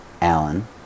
Alan